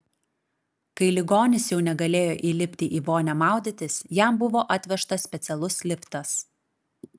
kai ligonis jau negalėjo įlipti į vonią maudytis jam buvo atvežtas specialus liftas